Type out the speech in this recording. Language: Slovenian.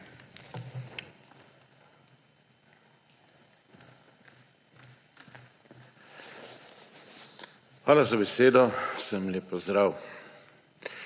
Hvala za besedo. Vsem lep pozdrav!